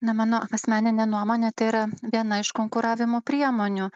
na mano asmenine nuomone tai yra viena iš konkuravimo priemonių